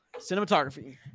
cinematography